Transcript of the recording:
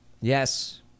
Yes